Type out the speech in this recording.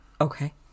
Okay